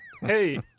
Hey